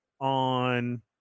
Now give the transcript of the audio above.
on